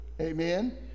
Amen